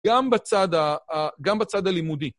גם בצד הלימודי.